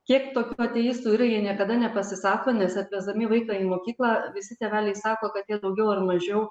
kiek tokių ateistų yra jie niekada nepasisako nes atvesdami vaiką į mokyklą visi tėveliai sako kad jie daugiau ar mažiau